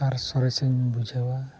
ᱟᱨ ᱥᱚᱨᱮᱥᱤᱧ ᱵᱩᱡᱷᱟᱹᱣᱟ